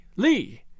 Lee